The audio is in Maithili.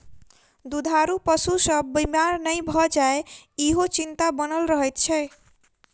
दूधारू पशु सभ बीमार नै भ जाय, ईहो चिंता बनल रहैत छै